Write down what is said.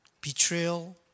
Betrayal